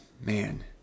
Man